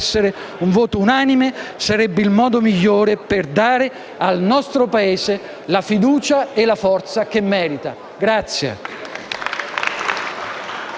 un voto unanime. Sarebbe il modo migliore per dare al nostro Paese la fiducia e la forza che merita.